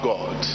God